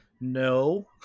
no